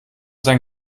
sein